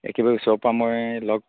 একেবাৰে ওচৰ পা মই লগ